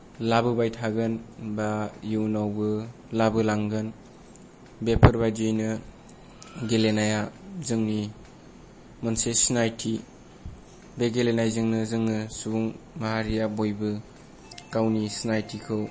लाबोबाय थागोन बा इयुनावबो लाबोलांगोन बेफोरबायदियैनो गेलेनाया जोंनि मोनसे सिनायथि बे गेलेनायजोंनो जोङो सुबुं माहारिया बयबो गावनि सिनायथिखौ